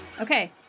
Okay